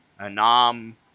Anam